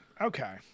Okay